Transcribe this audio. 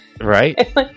Right